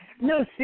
No